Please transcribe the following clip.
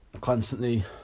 constantly